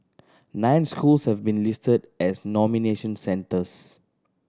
nine schools have been listed as nomination centres